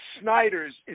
Snyder's